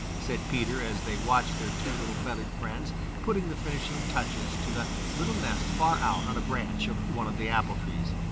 said peter, as they watched their two little feathered friends putting the finishing touches to the little nest far out on a branch of one of the apple-trees.